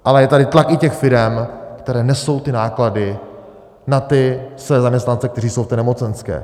Ale je tady tlak i těch firem, které nesou náklady na ty své zaměstnance, kteří jsou na té nemocenské.